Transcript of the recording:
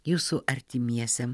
jūsų artimiesiem